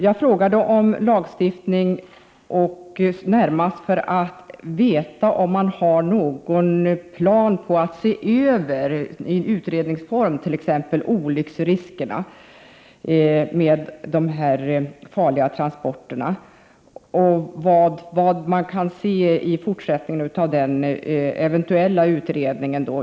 Jag frågade om lagstiftning närmast för att få veta om man planerar att se över, i utredningsform, olycksriskerna med dessa farliga transporter och vad man kan se i fortsättningen av en eventuell utredning.